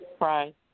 Right